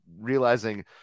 realizing